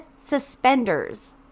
suspenders